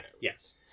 yes